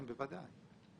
כן, בוודאי.